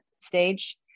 stage